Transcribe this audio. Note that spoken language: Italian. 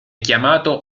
chiamato